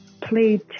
played